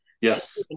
yes